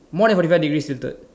more than forty five degrees tilted